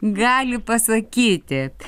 gali pasakyti